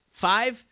Five